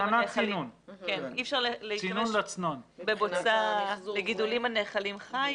אי אפשר להשתמש בבוצה לגידולים הנאכלים חי,